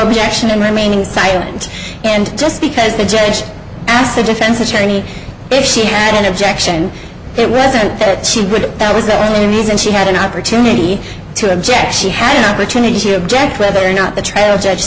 objection and remaining silent and just because the judge asked the defense attorney if she had an objection it wasn't that she would that was the only reason she had an opportunity to object she had returned and she objects whether or not the trail judge